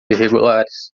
irregulares